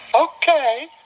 okay